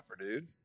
dude